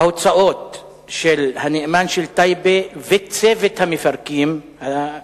ההוצאות של הנאמן של טייבה וצוות המפרקים, מנכ"ל,